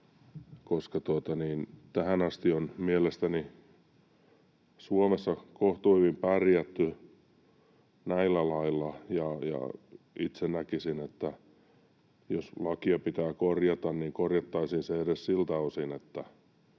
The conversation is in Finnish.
Tähän asti on mielestäni Suomessa kohtuuhyvin pärjätty näillä laeilla. Itse näkisin, että jos lakia pitää korjata, niin korjattaisiin se edes siltä osin, jos